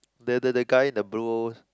that that the guys in the blues